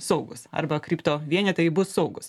saugūs arba kripto vienetai bus saugūs